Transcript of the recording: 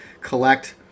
collect